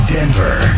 Denver